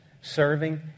serving